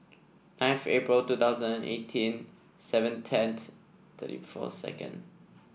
ninth April two thousand and eighteen seven tenth thirty four second